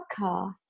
podcast